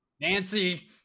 Nancy